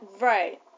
Right